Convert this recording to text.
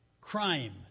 Crime